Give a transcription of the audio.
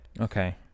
Okay